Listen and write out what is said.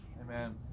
Amen